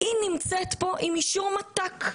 היא נמצאת פה עם אישור מת"ק,